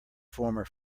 former